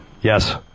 Yes